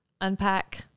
unpack